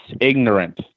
ignorant